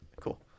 Cool